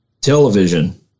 television